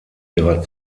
ihrer